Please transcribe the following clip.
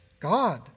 God